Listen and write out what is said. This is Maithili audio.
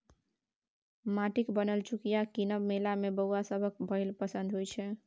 माटिक बनल चुकिया कीनब मेला मे बौआ सभक पहिल पसंद होइ छै